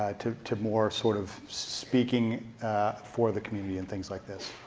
ah to to more sort of speaking for the community in things like this.